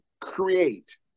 create